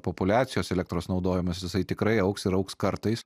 populiacijos elektros naudojimas jisai tikrai augs ir augs kartais